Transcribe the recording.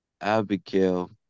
Abigail